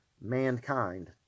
mankind